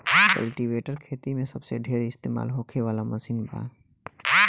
cultivator खेती मे सबसे ढेर इस्तमाल होखे वाला मशीन बा